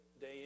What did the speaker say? day